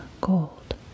gold